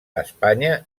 espanya